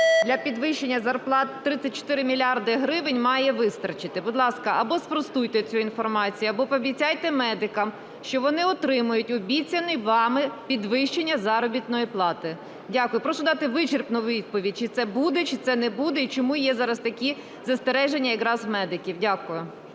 для підвищення зарплат 34 мільярди гривень має вистачити. Будь ласка, або спростуйте цю інформацію, або пообіцяйте медикам, що вони отримають обіцяне вами підвищення заробітної плати. Дякую. Прошу дати вичерпну відповідь, чи це буде, чи це не буде, і чому є зараз такі застереження якраз медиків. Дякую.